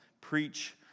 preach